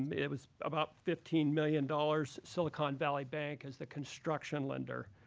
um it was about fifteen million dollars. silicon valley bank is the construction lender.